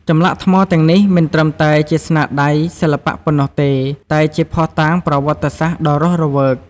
ចម្លាក់ថ្មទាំងនេះមិនត្រឹមតែជាស្នាដៃសិល្បៈប៉ុណ្ណោះទេ តែជាភស្តុតាងប្រវត្តិសាស្ត្រដ៏រស់រវើក។